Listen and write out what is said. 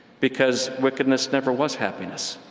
because wickedness never was happiness.